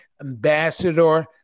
Ambassador